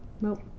Nope